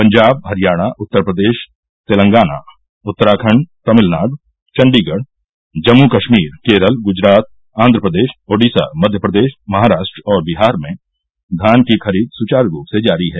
पंजाव हरियाणा उत्तर प्रदेश तेलगाना उत्तराखंड तमिलनाडु चंडीगढ़ जम्मू कश्मीर केरल गुजरात आंध्रप्रदेश ओडिसा मध्यप्रदेश महाराष्ट्र और बिहार में धान की खरीद सुचारू रूप से जारी है